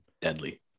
deadly